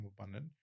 abundant